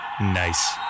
Nice